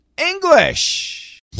English